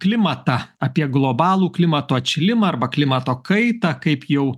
klimatą apie globalų klimato atšilimą arba klimato kaitą kaip jau